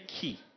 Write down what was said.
key